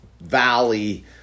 valley